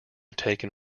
taken